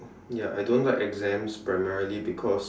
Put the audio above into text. ya I don't like exams primarily because